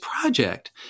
project